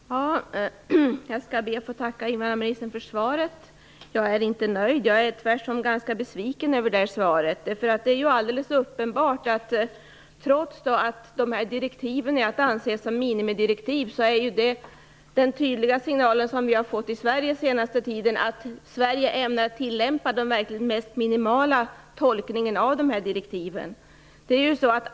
Fru talman! Jag skall be att få tacka invandrarministern för svaret. Jag är inte nöjd. Tvärtom är jag ganska besviken över detta svar. Det är alldeles uppenbart att den tydliga signalen som vi har fått i Sverige under den senaste tiden, trots att dessa direktiv är att anse som minimidirektiv, är att Sverige ämnar tillämpa den mest minimala tolkningen av dessa direktiv.